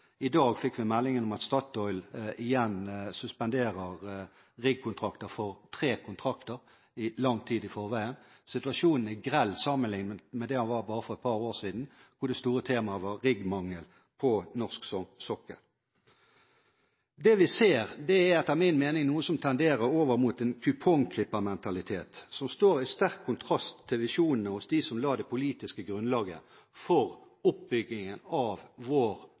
I dag fikk vi meldingen om at Statoil igjen suspenderer riggkontrakter, tre kontrakter, lang tid i forveien. Situasjonen er grell sammenliknet med det den var for et par år siden, hvor det store temaet var riggmangel på norsk sokkel. Det vi ser, er etter min mening noe som tenderer over mot en kupongklippermentalitet, som står i sterk kontrast til visjonene hos dem som la det politiske grunnlaget for oppbyggingen av vår